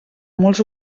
molts